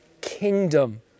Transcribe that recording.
kingdom